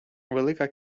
велика